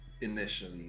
initially